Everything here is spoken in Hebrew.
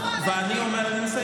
עבר הזמן, אני מסיים.